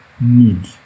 need